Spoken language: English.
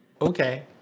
Okay